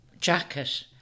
jacket